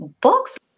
books